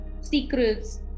secrets